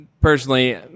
personally